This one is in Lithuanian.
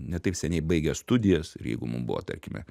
ne taip seniai baigę studijas ir jeigu mum buvo tarkime